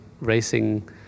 racing